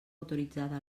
autoritzada